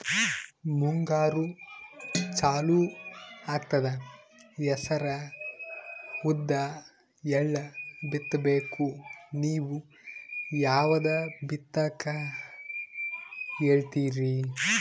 ಮುಂಗಾರು ಚಾಲು ಆಗ್ತದ ಹೆಸರ, ಉದ್ದ, ಎಳ್ಳ ಬಿತ್ತ ಬೇಕು ನೀವು ಯಾವದ ಬಿತ್ತಕ್ ಹೇಳತ್ತೀರಿ?